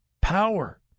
Power